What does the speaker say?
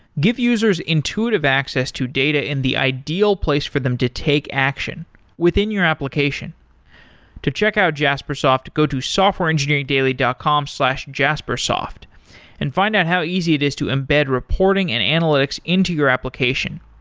give users intuitive access to data in the ideal place for them to take action within your application to check out jaspersoft go to softwareengineeringdaily dot com slash jaspersoft and find out how easy it is to embed reporting and analytics into your application.